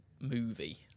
movie